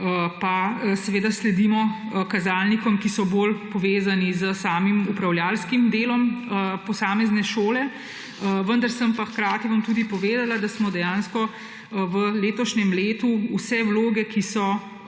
kjer pa sledimo kazalnikom, ki so bolj povezani s samim upravljavskim delom posamezne šole, vendar bom pa hkrati tudi povedala, da smo dejansko v letošnjem letu vse vloge, ki so